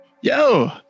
Yo